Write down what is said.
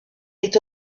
est